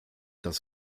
das